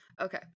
Okay